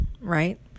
right